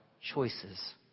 choices